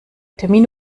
termin